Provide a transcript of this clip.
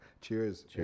Cheers